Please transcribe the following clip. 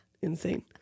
insane